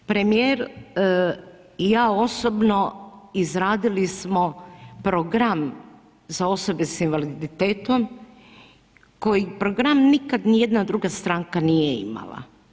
Premijer i ja osobno izradili smo program za osobe sa invaliditetom koji program nikad ni jedna druga stranka nije imala.